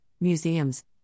museums